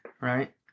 Right